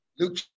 Luke